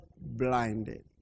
blinded